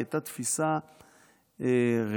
היא הייתה תפיסה ריאליסטית.